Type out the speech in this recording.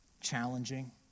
challenging